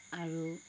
আৰু